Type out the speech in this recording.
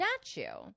statue